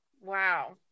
Wow